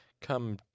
Come